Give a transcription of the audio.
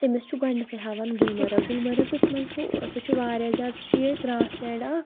تٔمِس چھُ گۄڈنٮ۪تھٕے ہاوان گُلمرگ گُلمرگَس منٛز چھُ سُہ چھُ واریاہ زیادٕ سُہ چھِ یِہے گرٛاس لینٛڈ اَکھ